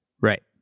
Right